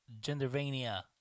Gendervania